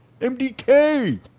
MDK